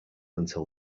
until